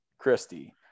christy